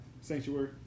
Sanctuary